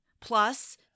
plus